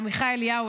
לעמיחי אליהו,